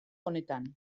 honetan